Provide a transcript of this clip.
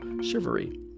chivalry